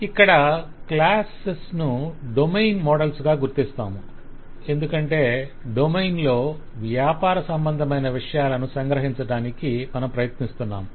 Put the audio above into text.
ఇక్కడ క్లాస్సెస్ ను domain models గా గుర్తిస్తాము ఎందుకంటే డొమైన్ లో వ్యాపార సంబంధమైన విషయాలను సంగ్రహించడానికి మనం ప్రయత్నిస్తున్నాము